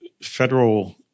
federal